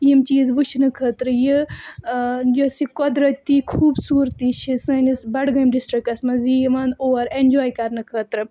یِم چیٖز وُچھنہٕ خٲطرٕ یہِ یُس یہِ قۄدرتی خوٗبصوٗرتی چھِ سٲنِس بڈگٲمۍ ڈِسٹِرٛکَس منٛز یہِ یِوان اور اٮ۪نجاے کَرنہٕ خٲطرٕ